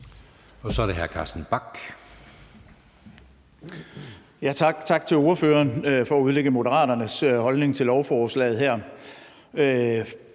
Carsten Bach (LA): Tak. Tak til ordføreren for at udlægge Moderaternes holdning til lovforslaget her.